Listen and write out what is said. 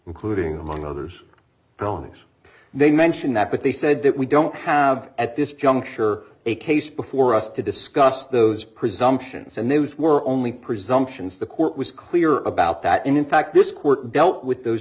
including among others felonies they mention that but they said that we don't have at this juncture a case before us to discuss those d presumptions and news we're only presumptions the court was clear about that in fact this court dealt with those